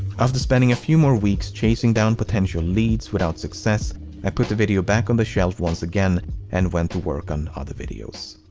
after spending a few more weeks chasing down potential leads without success i put the video back on the shelf once again and went to work on other videos.